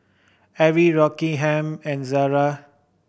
Arai Rockingham and Zara